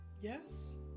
yes